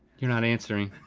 you're not answering.